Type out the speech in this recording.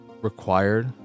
required